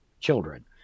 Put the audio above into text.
children